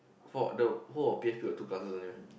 four no whole of P_A_P got two classes only meh